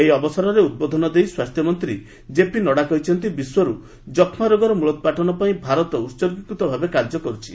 ଏହି ଅବସରରେ ଉଦ୍ବୋଧନ ଦେଇ ସ୍ୱାସ୍ଥ୍ୟମନ୍ତ୍ରୀ କେପି ନଡ୍ରା କହିଛନ୍ତି ବିଶ୍ୱରୁ ଯକ୍ଷ୍ମାରୋଗର ମୂଳୋପାଟନପାଇଁ ଭାରତ ଉସର୍ଗୀକୃତ ଭାବେ କାର୍ଯ୍ୟ କରୁଛି